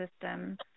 system